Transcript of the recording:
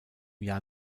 jahr